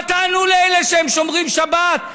מה תענו לאלה ששומרים שבת,